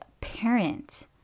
parent